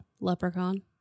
Leprechaun